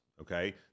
okay